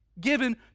given